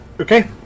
Okay